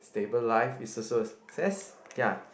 stable life is also a success ya